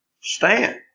stand